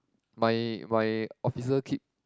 my my officer keep